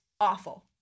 awful